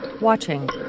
Watching